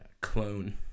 clone